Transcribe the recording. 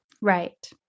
Right